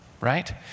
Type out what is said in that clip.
right